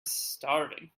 starving